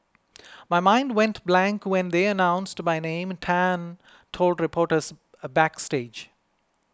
my mind went blank when they announced my name Tan told reporters a backstage